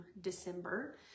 December